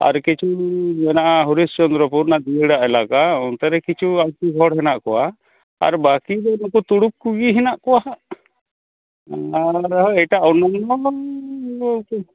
ᱟᱨ ᱠᱤᱪᱷᱩ ᱢᱮᱱᱟᱜᱼᱟ ᱦᱚᱨᱤᱥᱪᱚᱱᱫᱨᱚᱯᱩᱨ ᱚᱱᱟ ᱵᱤᱦᱟᱹᱲᱟ ᱮᱞᱟᱠᱟ ᱚᱱᱛᱮ ᱨᱮ ᱠᱤᱪᱷᱩ ᱟᱨᱠᱤ ᱦᱚᱲ ᱦᱮᱱᱟᱜ ᱠᱚᱣᱟ ᱟᱨ ᱵᱟᱹᱠᱤ ᱱᱩᱠᱩ ᱛᱩᱲᱩᱠ ᱠᱚᱜᱮ ᱦᱮᱱᱟᱜ ᱠᱚᱣᱟ ᱦᱟᱸᱜ ᱟᱨ ᱮᱴᱟᱜ ᱩᱱᱠᱩ